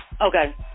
Okay